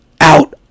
out